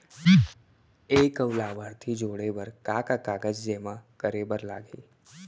एक अऊ लाभार्थी जोड़े बर का का कागज जेमा करे बर लागही?